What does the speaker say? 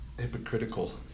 hypocritical